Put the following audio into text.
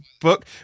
book